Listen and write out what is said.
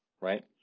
right